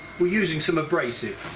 we're using some abrasive.